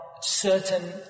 certain